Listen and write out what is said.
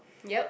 yup